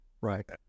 right